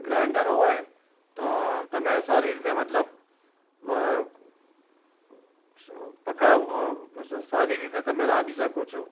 grinder હોય તો તમે સારી રીતે મતલબ પકાવ સારી રીતે તમે રાંધી શકો છો